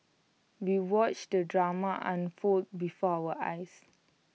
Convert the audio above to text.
we watched the drama unfold before our eyes